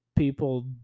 people